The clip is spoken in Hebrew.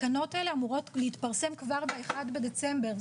התקנות האלו אמורות להתפרסם כבר ב-1 בדצמבר,